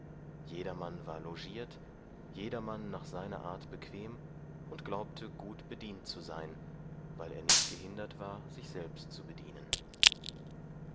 jedermann war logiert jedermann nach seiner art bequem und glaubte gut bedient zu sein weil er nicht gehindert war sich selbst zu bedienen